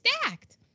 stacked